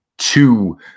Two